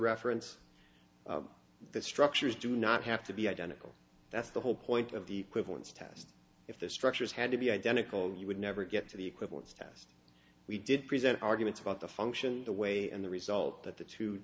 reference the structures do not have to be identical that's the whole point of the equivalence test if the structures had to be identical you would never get to the equivalence test we did present arguments about the function the way and the result that the two